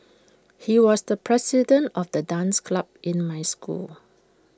he was the president of the dance club in my school